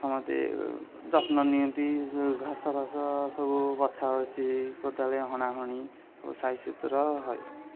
ସମସ୍ତେ ଯତ୍ନ ନିଅନ୍ତି ଘାସଫାସ ସବୁ ବଛାବଛି କେତେବେଳେ ହଣାହଣି ସବୁ ସାଇଜ ସୁତୁରା ହୁଏ